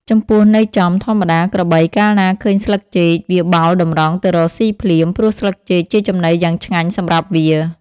ចំពោះន័យចំ ធម្មតា ក្របី កាលណាឃើញស្លឹកចេក វាបោលតម្រង់ទៅរកស៊ីភ្លាម ព្រោះស្លឹកចេកជាចំណីយ៉ាងឆ្ងាញ់សម្រាប់វា ។